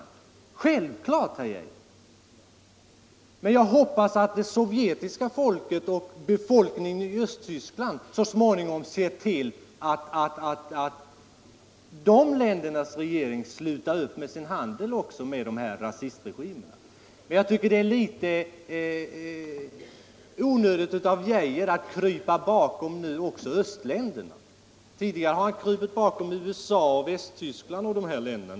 Detta är självklart, herr Arne Geijer. Men jag hoppas att befolkningen i Sovjet och i Östtyskland så småningom ser till att de ländernas regeringar slutar upp att handla med rasistregimer. Jag tycker emellertid det är litet onödigt av herr Arne Geijer att nu krypa bakom också östländerna. Tidigare har han krupit bakom USA, Västtyskland och sådana länder.